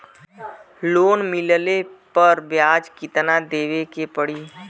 Loan मिलले पर ब्याज कितनादेवे के पड़ी?